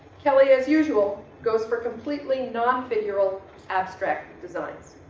kelly as usual goes for completely non figural abstract designs.